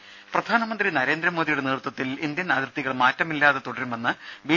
രുമ പ്രധാനമന്ത്രി നരേന്ദ്രമോദിയുടെ നേതൃത്വത്തിൽ ഇന്ത്യൻ അതിർത്തികൾ മാറ്റമില്ലാതെ തുടരുമെന്ന് ബി